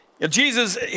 Jesus